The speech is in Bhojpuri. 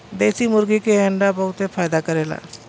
देशी मुर्गी के अंडा बहुते फायदा करेला